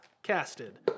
casted